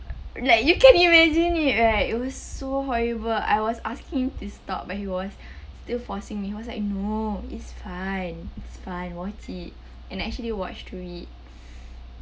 like you can imagine it right it was so horrible I was asking him to stop but he was still forcing me he was like no it's fine it's fine watch it and I actually watch through it